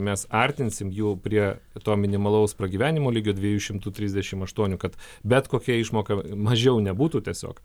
mes artinsim jau prie to minimalaus pragyvenimo lygio dviejų šimtų trisdešim aštuonių kad bet kokia išmoka mažiau nebūtų tiesiog